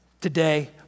today